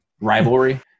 rivalry